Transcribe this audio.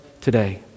today